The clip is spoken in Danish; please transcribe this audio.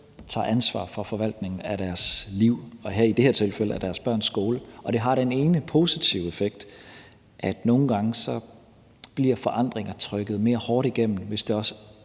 tager ansvar for forvaltningen af deres liv, og i det her tilfælde af deres børns skole. Det har den ene positive effekt, at nogle gange bliver forandringer trykket mere hårdt igennem, hvis det også